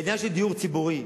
בעניין של דיור ציבורי,